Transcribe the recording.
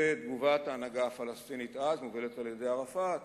תגובת ההנהגה הפלסטינית אז מובלת על-ידי ערפאת,